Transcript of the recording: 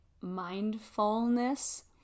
mindfulness